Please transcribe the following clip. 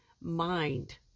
mind